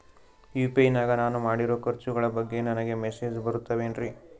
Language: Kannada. ಯು.ಪಿ.ಐ ನಾಗ ನಾನು ಮಾಡಿರೋ ಖರ್ಚುಗಳ ಬಗ್ಗೆ ನನಗೆ ಮೆಸೇಜ್ ಬರುತ್ತಾವೇನ್ರಿ?